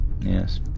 yes